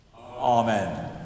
Amen